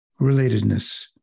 relatedness